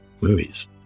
movies